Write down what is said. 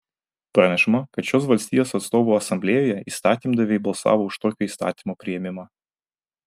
pranešama kad šios valstijos atstovų asamblėjoje įstatymdaviai balsavo už tokio įstatymo priėmimą